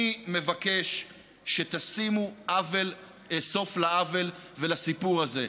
אני מבקש שתשימו סוף לעוול הזה ולסיפור הזה.